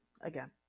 again